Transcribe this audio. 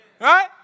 Right